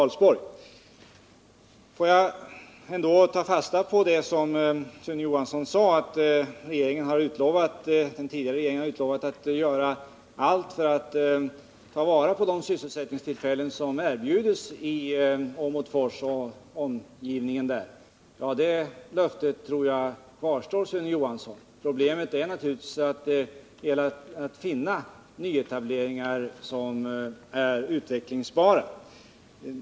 Låt mig ta fasta på det som Sune Johansson sade om att den tidigare regeringen hade utlovat att göra allt för att ta vara på de sysselsättningstillfällen som erbjuds i Åmotfors och i dess omgivning. Det löftet kvarstår, Sune Johansson. Problemet är att det gäller att finna nyetableringar som är utvecklingsbara.